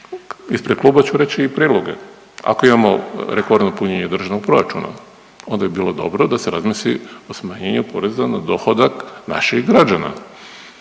ispred kluba ću reći i prijedloge. Ako imamo rekordno punjenje državnog proračuna, onda bi bilo dobro da se razmisli o smanjenju poreza na dohodak naših građana.